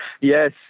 Yes